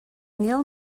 níl